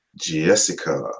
Jessica